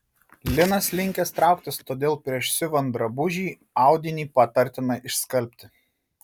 linas linkęs trauktis todėl prieš siuvant drabužį audinį patartina išskalbti